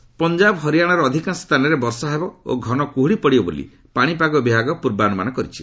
weather Punjab ହରିୟାଣାର ଅଧିକାଂଶ ସ୍ଥାନରେ ବର୍ଷା ହେବ ଓ ଘନକୁହୁଡ଼ି ପଡ଼ିବ ବୋଲି ପାଣିପାଗ ବିଭାଗ ପୂର୍ବାନୁମାନ କରିଛି